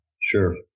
sure